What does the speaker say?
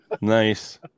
nice